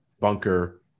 bunker